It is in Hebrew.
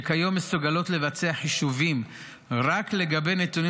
שכיום מסוגלות לבצע חישובים רק בנתונים